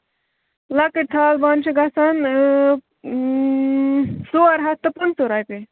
لۅکٕٹۍ تھالہٕ بانہٕ چھِ گژھان ژور ہَتھ تہٕ پٍنٛژٕ رۄپیہِ